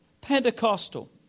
Pentecostal